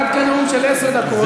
את נתת כאן נאום של עשר דקות.